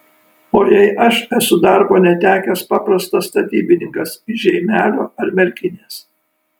o jei aš esu darbo netekęs paprastas statybininkas iš žeimelio ar merkinės